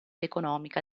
economica